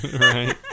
Right